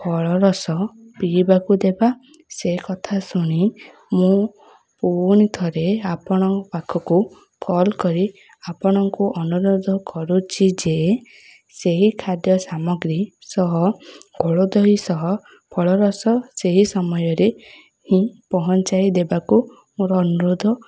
ଫଳରସ ପିଇବାକୁ ଦେବା ସେ କଥା ଶୁଣି ମୁଁ ପୁଣି ଥରେ ଆପଣଙ୍କ ପାଖକୁ କଲ୍ କରି ଆପଣଙ୍କୁ ଅନୁରୋଧ କରୁଛି ଯେ ସେହି ଖାଦ୍ୟ ସାମଗ୍ରୀ ସହ କୋଳଦହି ସହ ଫଳରସ ସେହି ସମୟରେ ହିଁ ପହଞ୍ଚାଇ ଦେବାକୁ ମୋର ଅନୁରୋଧ